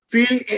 Feel